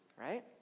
Right